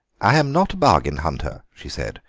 i'm not a bargain hunter, she said,